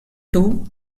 two